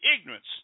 ignorance